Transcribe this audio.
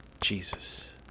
Jesus